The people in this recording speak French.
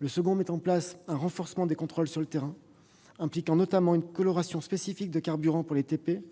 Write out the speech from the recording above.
La seconde instaure un renforcement des contrôles sur le terrain, impliquant notamment une coloration spécifique de carburant pour les travaux publics